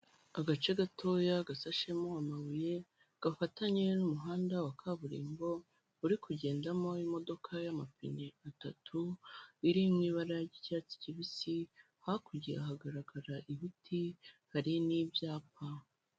Agace gatoya gasashemo amabuye gafatanye n'umuhanda wa kaburimbo uri kugendamo imodoka y'amapine atatu, iri mu ibara ry'icyatsi kibisi hakurya hagaragara ibiti hari n'ibyapa.